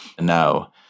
now